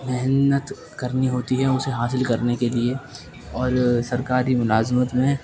محنت کرنی ہوتی ہے اسے حاصل کرنے کے لیے اور سرکاری ملازمت میں